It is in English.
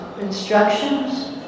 instructions